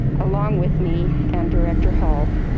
along with me and director hall,